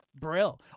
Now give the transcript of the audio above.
Brill